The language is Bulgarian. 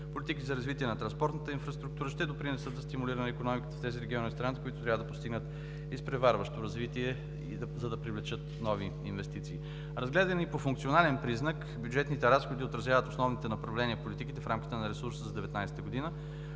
Политиките за развитие на транспортната инфраструктура ще допринесат за стимулирането на икономиката в тези региони на страната, които трябва да постигнат изпреварващо развитие, за да привлекат нови инвестиции. Разгледани по функционален признак, бюджетните разходи отразяват основните направления в политиките в рамките на ресурса за 2019 г.